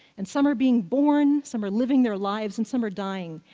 and some are being born, some are living their lives, and some are dying.